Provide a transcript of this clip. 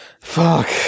Fuck